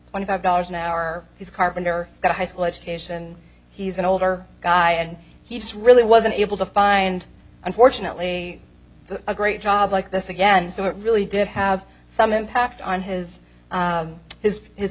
twenty five dollars an hour he's a carpenter got a high school education he's an older guy and he's really wasn't able to find unfortunately a great job like this again so it really did have some impact on his his his